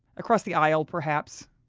across the aisle, perhaps.